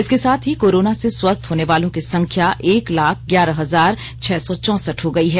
इसके साथ ही कोरोना से स्वस्थ होने वालों की संख्या एक लाख ग्यारह हजार छह सौ चौसठ हो गई है